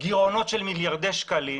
גירעונות של מיליארדי שקלים,